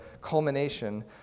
culmination